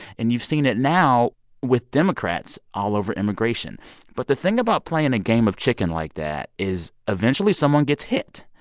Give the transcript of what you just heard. and you've seen it now with democrats all over immigration but the thing about playing a game of chicken like that is eventually, someone gets hit.